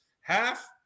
half